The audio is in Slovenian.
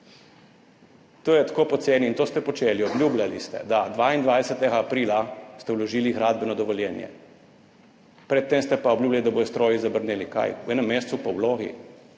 To je tako poceni in to ste počeli, obljubljali ste. Da, 22. aprila ste vložili gradbeno dovoljenje, pred tem ste pa obljubili, da bodo stroji zabrneli. Kaj, v enem mesecu po vlogi?